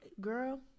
girl